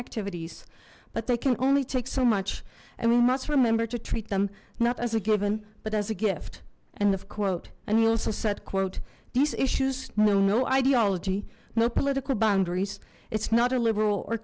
activities but they can only take so much and we must remember to treat them not as a given but as a gift and of quote and he also said quote these issues no no ideology no political boundaries it's not a liberal or